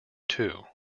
two